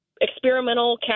experimental